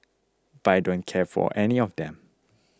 but I don't care for any of them